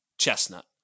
Chestnut